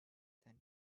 than